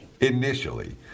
initially